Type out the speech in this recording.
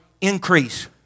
increase